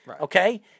Okay